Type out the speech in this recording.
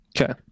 Okay